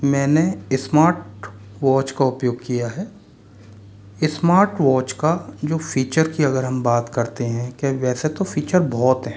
मैंने स्मार्टवॉच का उपयोग किया है स्मार्टवॉच का जो फीचर की अगर हम बात करते हैं कि वैसे तो फीचर बहुत हैं